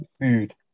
food